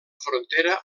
frontera